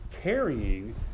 carrying